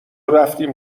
رفتیم